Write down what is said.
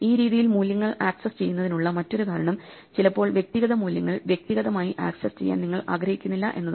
ഈ രീതിയിൽ മൂല്യങ്ങൾ ആക്സസ് ചെയ്യുന്നതിനുള്ള മറ്റൊരു കാരണം ചിലപ്പോൾ വ്യക്തിഗത മൂല്യങ്ങൾ വ്യക്തിഗതമായി ആക്സസ് ചെയ്യാൻ നിങ്ങൾ ആഗ്രഹിക്കുന്നില്ല എന്നതാണ്